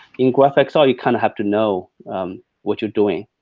in graphxr you kind of have to know what you're doing.